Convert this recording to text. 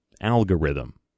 algorithm